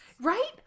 Right